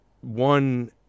one